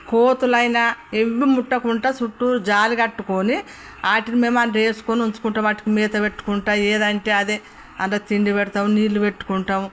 కోతులైన ఎవ్వి ముట్టకుంటా చూట్టూరు జాలి కట్టుకోని ఆటిని మేము అట్లా చేసుకోని ఉంచుకుంటాం ఆటికి మేత పెట్టుకుంటా ఏదంటే అదే అంత తిండి పెడతాం నీళ్ళు పెట్టుకుంటాం